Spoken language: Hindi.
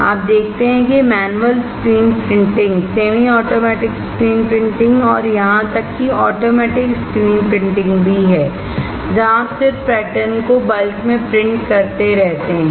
आप देखते हैं कि manual screen printing semi automatic screen printing और यहां तक कि ऑटोमैटिक स्क्रीन प्रिंटिंग भी है जहां आप सिर्फ पैटर्न को बल्क में प्रिंट करते रहते हैं